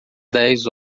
dez